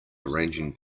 arranging